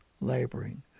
laboring